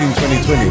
2020